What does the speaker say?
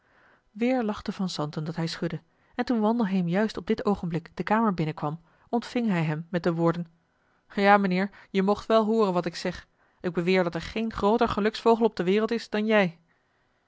weer lachte van zanten dat hij schudde en toen wandelheem juist op dit oogenblik de kamer binnenkwam ontving hij hem met de woorden ja mijnheer je moogt wel hooren wat ik zeg ik beweer dat er geen grooter geluksvogel op de wereld is dan jij